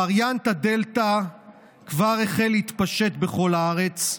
וריאנט הדלתא כבר החל להתפשט בכל הארץ,